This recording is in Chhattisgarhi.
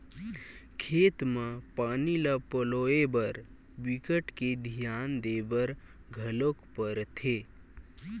खेत म पानी ल पलोए बर बिकट के धियान देबर घलोक परथे